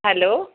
hello